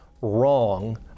wrong